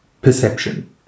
perception